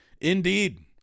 Indeed